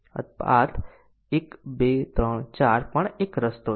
પરંતુ તે multiple condition ના કવરેજ કરતા નબળું છે